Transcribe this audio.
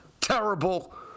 Terrible